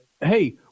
hey